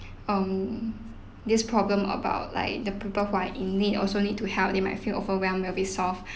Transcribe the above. um this problem about like the people who are in need also need to help they might feel overwhelm will be solve